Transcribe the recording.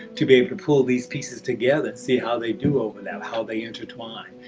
to be able to pull these pieces together, see how they do over them, how they intertwine,